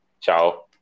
ciao